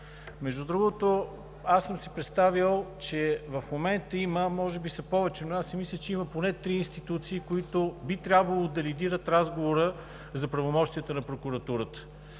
Между другото, представял съм си, че в момента има, а може би са повече, но аз мисля, че има поне три институции, които би трябвало да легират разговора за правомощията на прокуратурата.